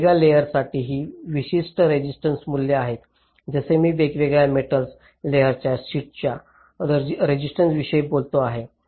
वेगवेगळ्या लेयर्सांसाठी ही विशिष्ट रेसिस्टन्स मूल्ये आहेत जसे मी वेगवेगळ्या मेटल लेयर्सच्या शीटच्या रेसिस्टन्सविषयी बोललो आहे